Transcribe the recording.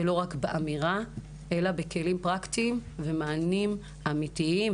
ולא רק באמירה אלא בכלים פרקטיים ומעניים אמיתיים